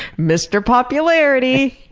mr. popularity!